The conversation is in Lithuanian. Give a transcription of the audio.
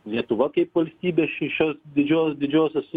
lietuva kaip valstybė šį šios didžios didžiosios